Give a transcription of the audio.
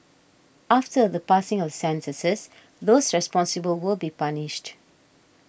after the passing of sentences those responsible will be punished